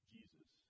Jesus